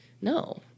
No